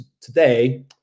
today